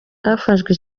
hafashwe